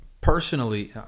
personally